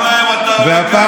כל היום אתה עולה כאן.